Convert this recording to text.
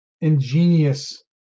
ingenious